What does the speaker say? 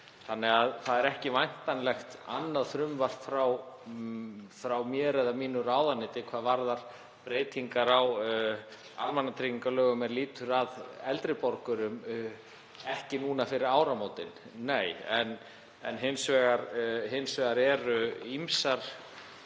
desember. Það er ekki væntanlegt annað frumvarp frá mér eða mínu ráðuneyti hvað varðar breytingar á almannatryggingalögum sem lýtur að eldri borgurum, ekki núna fyrir áramótin, nei. En hins vegar eru ýmsar